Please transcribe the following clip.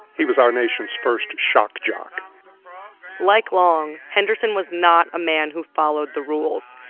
he was our nation's first shock jock like long, henderson was not a man who followed the rules.